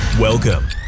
Welcome